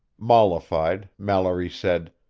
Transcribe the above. mollified, mallory said,